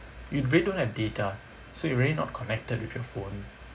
you really don't have data so you're really not connected with your phone